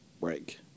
break